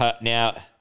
Now